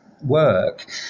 work